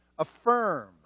Affirm